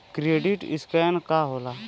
Credit score का होला?